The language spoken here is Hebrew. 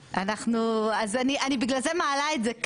אז בגלל זה אני מעלה את זה כאן,